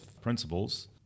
principles